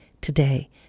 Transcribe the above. today